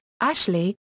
Ashley